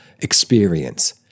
experience